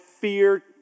fear